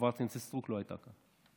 חברת הכנסת סטרוק לא הייתה פה.